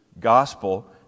Gospel